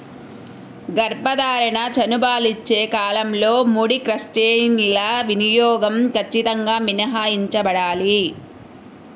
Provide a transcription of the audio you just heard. గర్భధారణ, చనుబాలిచ్చే కాలంలో ముడి క్రస్టేసియన్ల వినియోగం ఖచ్చితంగా మినహాయించబడాలి